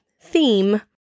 theme